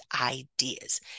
ideas